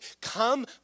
Come